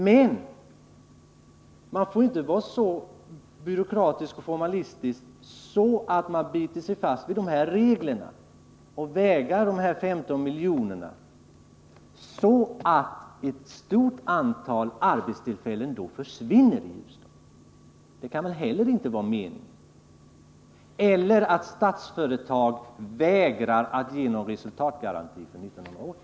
Men man får inte vara så byråkratisk och formalistisk att man biter sig fast vid de reglerna och vägrar dessa 15 milj.kr., så att ett stort antal arbetstillfällen försvinner i Ljusdal. Det kan väl inte vara meningen? Det får heller inte vara så att Statsföretag vägrar att ge någon resultatgaranti för 1980.